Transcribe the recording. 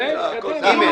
(ג).